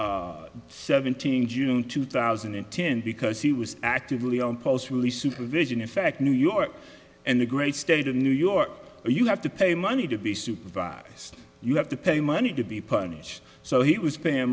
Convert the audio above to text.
and seventeen june two thousand and ten because he was actively on post really supervision in fact new york and the great state of new york you have to pay money to be supervised you have to pay money to be punished so he was pa